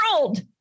world